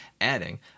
adding